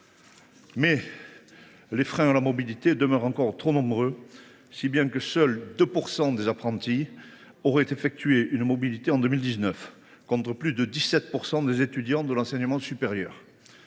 Or les freins demeurent encore trop nombreux, si bien que seuls 2 % des apprentis auraient effectué une mobilité en 2019, contre plus de 17 % des étudiants de l’enseignement supérieur.